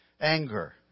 anger